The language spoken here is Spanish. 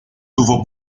tuvo